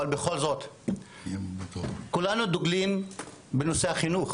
כולנו דוגלים בנושא החינוך